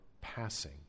passing